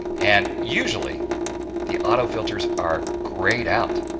and usually the autofilters are greyed out.